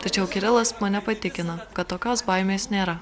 tačiau kirilas mane patikino kad tokios baimės nėra